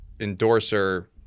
endorser